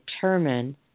determine